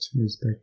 respect